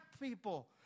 people